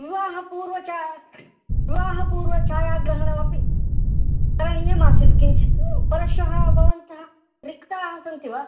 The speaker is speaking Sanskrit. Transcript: विवाहपूर्वछा विवाहपूर्वछायाग्रहणमपि करणीयमासीत् किञ्चित् परश्वः भवन्तः रिक्ताः सन्ति वा